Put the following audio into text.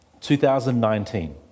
2019